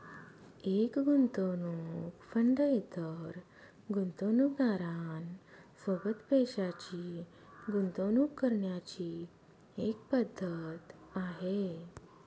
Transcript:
एक गुंतवणूक फंड इतर गुंतवणूकदारां सोबत पैशाची गुंतवणूक करण्याची एक पद्धत आहे